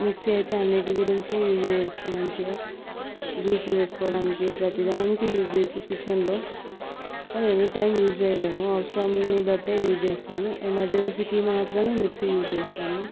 mixie అయితే అన్నింటి గురించి యూజ్ చేయవచ్చు మంచిగా జ్యూస్లు చేసుకోవడానికి ప్రతీదానికి యూజ్ చేయవచ్చు కిచెన్లో కానీ ఎనీ టైం యూజ్ చేయలేము అవసరాన్ని బట్టే యూజ్ చేస్తాము ఎమర్జెన్సీకి మాత్రమే మిక్స్ యూజ్ చేస్తాము